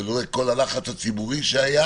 ולולא כל הלחץ הציבורי שהיה